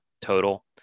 total